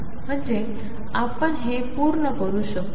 म्हणजे आपण हे पूर्ण करू शकू